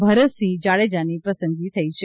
ભરતસિંહ જાડેજાની પસંદગી થઇ છે